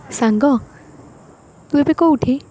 ସାଙ୍ଗ ତୁ ଏବେ କେଉଁଠି